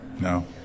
No